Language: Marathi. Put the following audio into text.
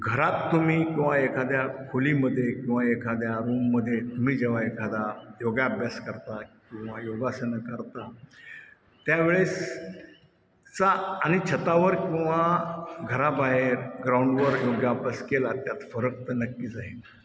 घरात तुम्ही किंवा एखाद्या खोलीमध्ये किंवा एखाद्या रूममध्ये तुम्ही जेव्हा एखादा योगाभ्यास करता किंवा योगासनं करता त्यावेळेसचा आणि छतावर किंवा घराबाहेर ग्राउंडवर योगाभ्यास केला त्यात फरक तर नक्कीच आहे